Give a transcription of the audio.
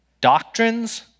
doctrines